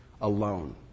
Alone